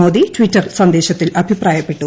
Modi Twitter സന്ദേശത്തിൽ അഭിപ്രായപ്പെട്ടു